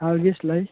ꯍꯥꯒꯤꯁ ꯂꯩ